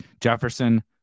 Jefferson